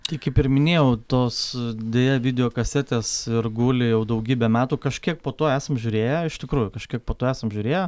tai kaip ir minėjau tos deja video kasetės ir guli jau daugybę metų kažkiek po to esam žiūrėję iš tikrųjų kažkiek po to esam žiūrėję